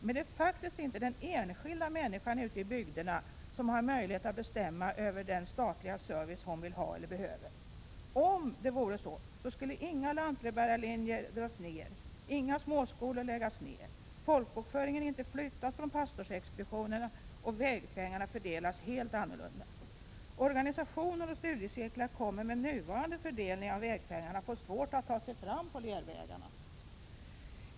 Men det är faktiskt inte den enskilda människan ute i bygderna som har möjligheter att bestämma över den statliga service som hon vill ha eller behöver. Om det vore så, skulle inga lantbrevbärarlinjer och inga småskolor läggas ner. Folkbokföringen skulle inte flyttas från pastorsexpeditionerna, och vägpengarna skulle fördelas helt annorlunda. Organisationer och studiecirklar kommer med nuvarande fördelning av vägpengarna att få svårt att ta sig fram på lervägarna.